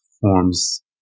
forms